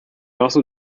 also